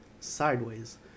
sideways